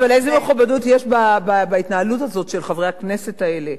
אבל איזה מכובדות יש בהתנהלות הזאת של חברי הכנסת האלה?